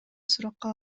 суракка